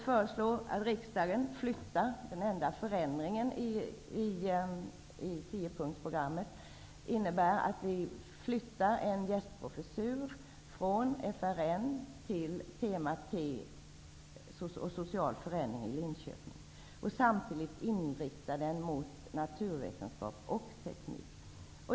Till sist: Den enda förändringen i tiopunktsprogrammet, som utskottet föreslår, innebär att en gästprofessur flyttas från FRN till Den skall samtidigt inriktas mot naturvetenskap och teknik.